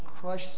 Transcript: crush